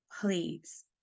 please